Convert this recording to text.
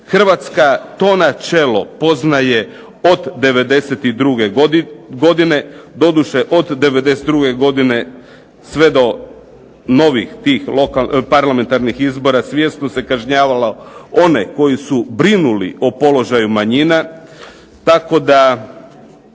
Hrvatska to načelo poznaje od 92. doduše od 92. godine sve do novih lokalnih izbora svjesno se kažnjavalo one koji su brinuli o položaju manjina, tako da